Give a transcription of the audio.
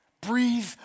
Breathe